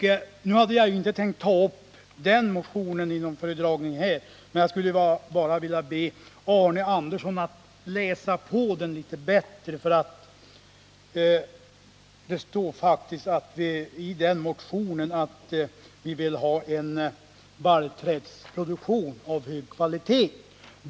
Jag har inte tänkt föredra den motionen i det här anförandet, men jag skulle vilja be Arne Andersson läsa denna motion litet noggrannare. Det står faktiskt i den motionen att vi vill ha en barrträdsproduktion av hög kvalitet.